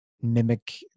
mimic